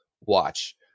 watch